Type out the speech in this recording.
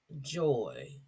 joy